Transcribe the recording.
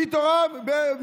היא תורה מסיני.